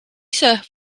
ise